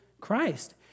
Christ